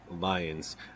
Lions